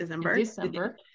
December